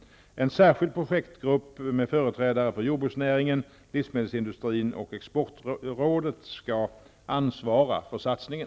En särskild projektgrupp med företrädare för jordbruksnäringen, livsmedelsindustrin och exportrådet skall ansvara för satsningen.